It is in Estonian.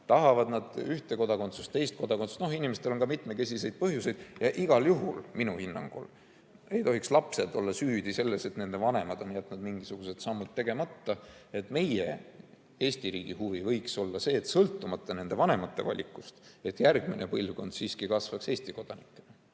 tahavad nad ühte kodakondsust või teist kodakondsust, inimestel on mitmesuguseid põhjuseid –, aga igal juhul minu hinnangul ei tohiks lapsed olla süüdi selles, et nende vanemad on jätnud mingisugused sammud tegemata. Meie, Eesti riigi huvi võiks olla see, et sõltumata vanemate valikust järgmine põlvkond siiski kasvaks Eesti kodanikena.